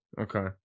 Okay